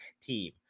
team